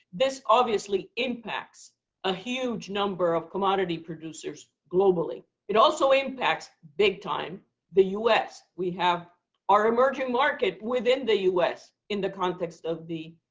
this obviously impacts a huge number of commodity producers globally. it also impacts big time the us. we have our emerging market within the us in the context of the